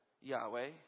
Yahweh